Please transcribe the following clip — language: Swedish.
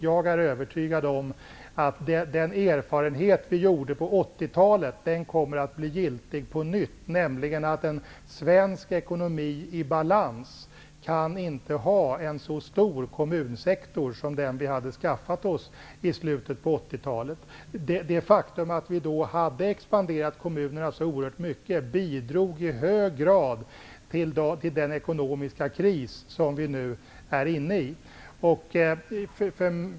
Jag är övertygad om att den erfarenhet vi gjorde på 80-talet kommer att bli giltig på nytt, nämligen att en svensk ekonomi i balans inte kan bära en så stor kommunsektor som den vi skaffat oss i slutet på 80 talet. Det faktum att vi då hade expanderat så oerhört mycket i kommunerna bidrog i hög grad till den ekonomiska kris som vi nu är inne i.